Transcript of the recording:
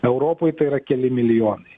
europoj tai yra keli milijonai